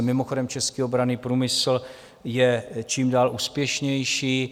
Mimochodem, český obranný průmysl je čím dál úspěšnější.